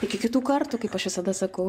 iki kitų kartų kaip aš visada sakau